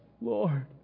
Lord